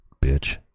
bitch